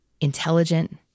intelligent